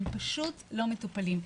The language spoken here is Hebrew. הם פשוט לא מטופלים.